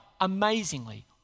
amazingly